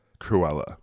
Cruella